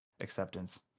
acceptance